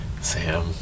Sam